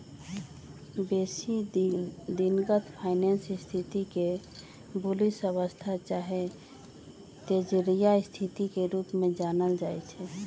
बेशी दिनगत फाइनेंस स्थिति के बुलिश अवस्था चाहे तेजड़िया स्थिति के रूप में जानल जाइ छइ